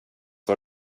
var